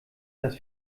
dass